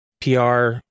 PR